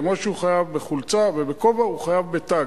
כמו שהוא חייב בחולצה ובכובע, הוא חייב בתג.